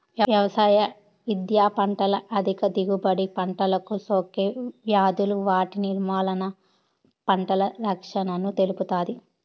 వ్యవసాయ విద్య పంటల అధిక దిగుబడి, పంటలకు సోకే వ్యాధులు వాటి నిర్మూలన, పంటల రక్షణను తెలుపుతాది